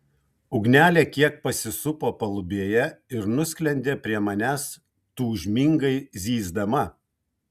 ugnelė kiek pasisupo palubėje ir nusklendė prie manęs tūžmingai zyzdama